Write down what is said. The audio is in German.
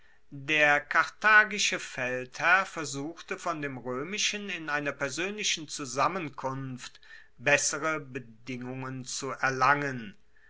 der karthagische feldherr versuchte von dem roemischen in einer persoenlichen zusammenkunft bessere bedingungen zu erlangen